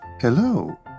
Hello